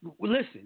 Listen